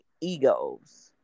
egos